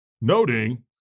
noting